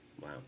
wow